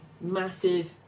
massive